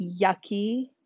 yucky